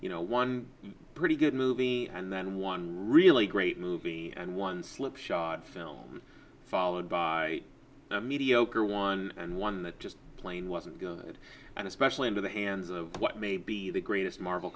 had one pretty good movie and then one really great movie and one slipshod film followed by a mediocre one and one that just plain wasn't good and especially into the hands of what may be the greatest marvel